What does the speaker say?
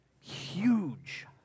huge